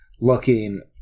looking